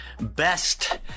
best